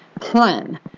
plan